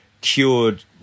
cured